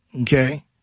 Okay